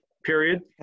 period